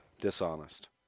Dishonest